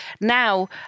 Now